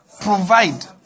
Provide